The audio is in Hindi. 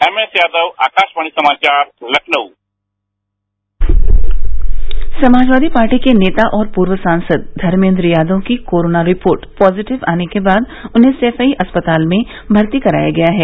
एमएस यादव आकाशवाणी समाचार लखनऊ समाजवादी पार्टी के नेता और पूर्व सांसद धर्मेन्द्र यादव की कोरोना रिपोर्ट पॉजिटिव आने के बाद उन्हें सैफई अस्पताल में भर्ती कराया गया है